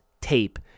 tape